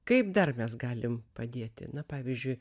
kaip dar mes galim padėti na pavyzdžiui